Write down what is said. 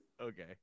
Okay